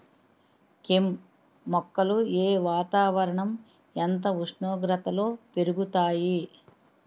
కెమ్ మొక్కలు ఏ వాతావరణం ఎంత ఉష్ణోగ్రతలో పెరుగుతాయి?